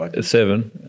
Seven